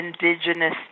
indigenous